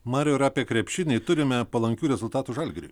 mariau ir apie krepšinį turime palankių rezultatų žalgiriui